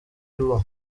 tour